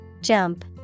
Jump